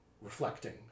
reflecting